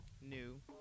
new